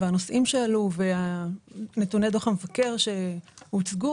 הנושאים שעלו ונתוני דוח המבקר שהוצגו,